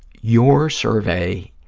your survey